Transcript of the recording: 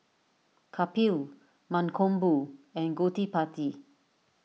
Kapil Mankombu and Gottipati